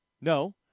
No